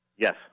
Yes